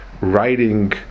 writing